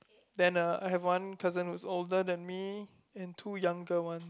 then ah I have one cousin who's older than me and two younger one